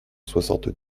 soixante